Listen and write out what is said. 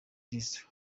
kristo